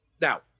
Now